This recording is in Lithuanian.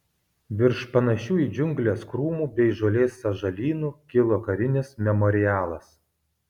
virš panašių į džiungles krūmų bei žolės sąžalynų kilo karinis memorialas